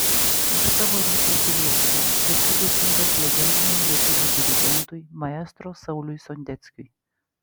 už savo ryšį su lietuva esu dėkingas legendiniam lietuvių dirigentui maestro sauliui sondeckiui